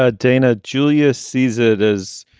ah dana, julius caesar is,